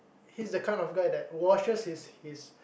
he's the kind of guy that washes his his